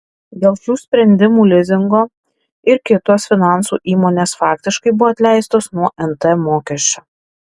dėl šių sprendimų lizingo ir kitos finansų įmonės faktiškai buvo atleistos nuo nt mokesčio